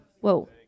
Whoa